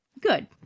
good